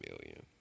million